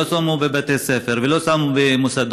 לא שמו בבתי ספר ולא שמו במוסדות.